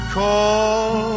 call